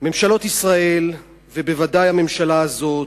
ממשלות ישראל, וודאי הממשלה הזאת,